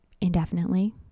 indefinitely